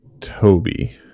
Toby